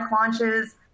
launches